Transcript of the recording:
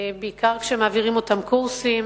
בעיקר כשמעבירים אותם קורסים